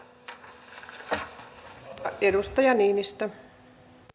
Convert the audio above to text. arvoisa puhemies